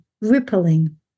rippling